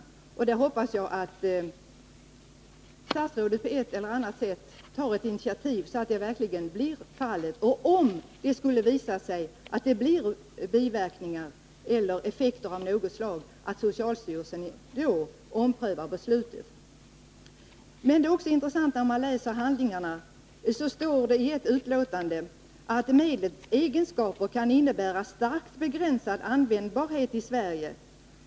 Jag hoppas att statsrådet på 27 oktober 1981 ett eller annat sätt tar initiativ, så att detta verkligen blir fallet och, om det skulle visa sig att det blir biverkningar eller effekter av något slag, Om utvärdering socialstyrelsen då omprövar beslutet. Det är också intressant att läsa handlingarna, och i ett utlåtande står det att medlets egenskaper kan innebära starkt begränsad användbarhet i Sverige.